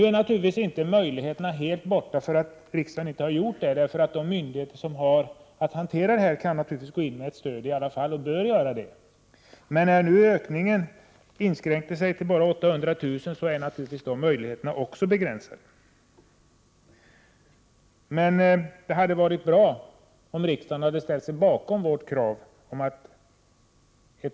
Nu är naturligtvis inte möjligheterna helt borta bara därför att riksdagen inte har ställt sig bakom. De myndigheter som har att hantera frågan kan givetvis gå in med ett stöd och bör också göra det. Men då ökningen inskränkte sig till 800 000 kr. är naturligtvis möjligheterna begränsade. Det hade emellertid varit bra om riksdagen hade stött vårt förslag.